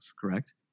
correct